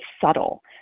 subtle